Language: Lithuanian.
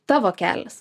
tavo kelias